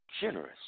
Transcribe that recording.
Generous